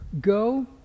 Go